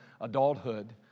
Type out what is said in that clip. adulthood